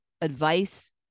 advice